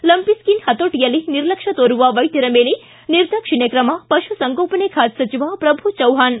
ಿ ಲಂಪಿಸಿನ್ ಹತೋಟಯಲ್ಲಿ ನಿರ್ಲಕ್ಷ ತೊರುವ ವೈದ್ಯರ ಮೇಲೆ ನಿರ್ದಾಕ್ಷಿಣ್ಯ ಕ್ರಮ ಪಶುಸಂಗೋಪನೆ ಖಾತೆ ಸಚಿವ ಪ್ರಭು ಚವ್ದಾಣ್